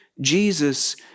Jesus